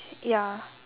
ya